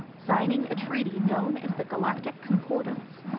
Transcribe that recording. signing a treaty known as the galactic concordance.